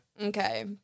Okay